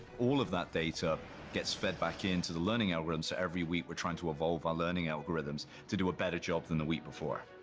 all of that data gets fed back into the learning algorithm, and so every week we're trying to evolve our learning algorithms to do a better job than the week before.